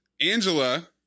Angela